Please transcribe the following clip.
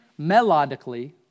melodically